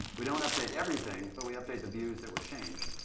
we don't update everything, but we update the views that were changed.